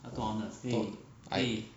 多 I